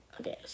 okay